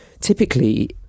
typically